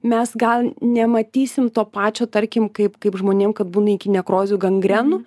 mes gal nematysim to pačio tarkim kaip kaip žmonėm kad būna iki nekrozių gangrenų